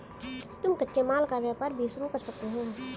तुम कच्चे माल का व्यापार भी शुरू कर सकते हो